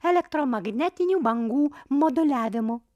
elektromagnetinių bangų moduliavimu